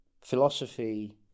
philosophy